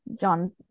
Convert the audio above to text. john